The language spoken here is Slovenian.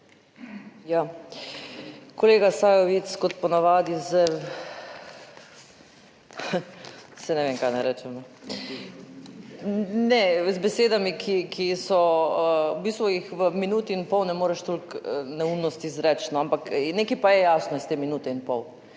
Ja, kolega Sajovic, kot po navadi z, saj ne vem kaj naj rečem, ne, z besedami, ki so, v bistvu jih v minuti in pol ne moreš toliko neumnosti izreči, no, ampak nekaj pa je jasno iz te minute in pol.